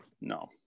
No